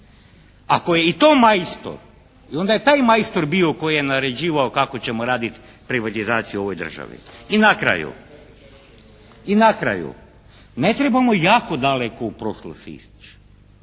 Ako je i to majstor, onda je i taj majstor bio koji je naređivao kako ćemo raditi privatizaciju u ovoj državi. I na kraju, ne trebamo jako daleko u prošlost ići,